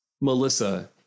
Melissa